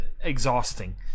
exhausting